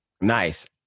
Nice